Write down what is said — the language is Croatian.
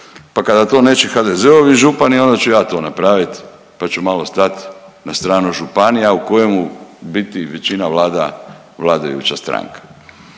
pa kada to neće HDZ-ovi župani onda ću ja to napraviti pa ću malo stat na stranu županija u kojemu u biti većina vlada vladajuća stranka.